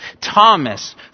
Thomas